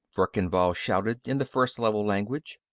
verkan vall shouted, in the first level language,